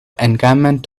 encampment